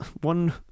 one